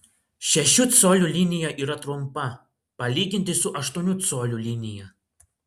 šešių colių linija yra trumpa palyginti su aštuonių colių linija